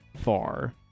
far